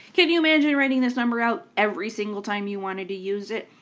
can you imagine writing this number out every single time you wanted to use it?